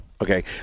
Okay